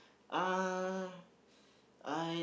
uh I